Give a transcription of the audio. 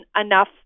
enough